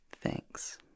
Thanks